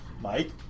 Mike